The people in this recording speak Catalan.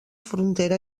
frontera